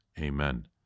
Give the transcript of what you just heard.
Amen